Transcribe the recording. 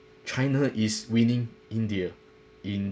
china is winning india in